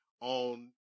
on